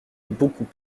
beaucoup